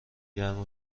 گرم